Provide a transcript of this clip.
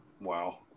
Wow